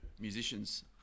musicians